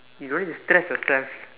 you don't need to stress yourself